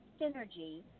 Synergy